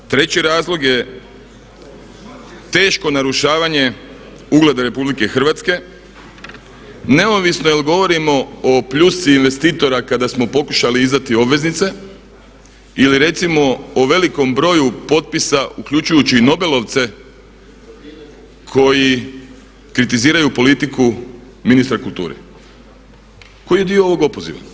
Treći razlog je teško narušavanje ugleda Republike Hrvatske neovisno jel' govorimo o pljusci investitora kada smo pokušali izdati obveznice ili recimo o velikom broju potpisa uključujući i nobelovce koji kritiziraju politiku ministra kulture koji je dio ovog opoziva.